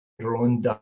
drone